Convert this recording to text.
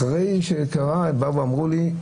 אחרי שזה קרה הם באו ואמרו לי,